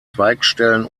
zweigstellen